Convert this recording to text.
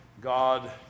God